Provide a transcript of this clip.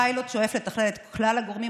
הפיילוט שואף לתכלל את כלל הגורמים